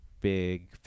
big